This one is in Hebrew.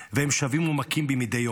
והם שבים ומכים בי מדי יום.